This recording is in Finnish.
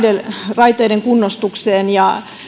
raiteiden kunnostukseen ja